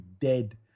dead